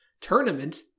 tournament